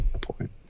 point